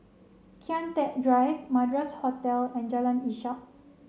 Kian Teck Drive Madras Hotel and Jalan Ishak